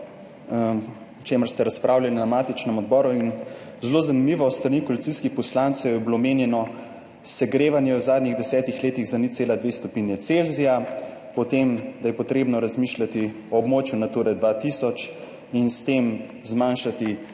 o čemer ste razpravljali na matičnem odboru in zelo zanimivo, s strani koalicijskih poslancev je bilo omenjeno segrevanje v zadnjih desetih letih za 0,2 stopinji Celzija, potem da je potrebno razmišljati o območju Nature 2000 in s tem zmanjšati,